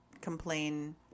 complain